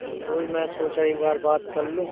सो वो ही मैं सोचा एक बार बात कर लूँ